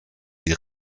die